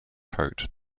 coat